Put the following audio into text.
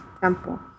Temple